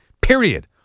period